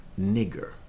nigger